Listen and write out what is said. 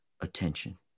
attention